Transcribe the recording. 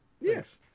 Yes